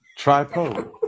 Tripod